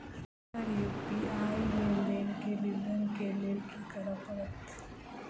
Sir UPI लेनदेन केँ विवरण केँ लेल की करऽ परतै?